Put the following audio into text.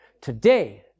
Today